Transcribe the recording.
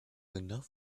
enough